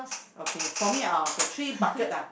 okay for me uh okay three buckets ah